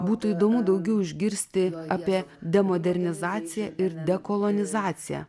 būtų įdomu daugiau išgirsti apie demodernizaciją ir dekolonizaciją